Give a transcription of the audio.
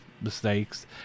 mistakes